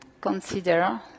consider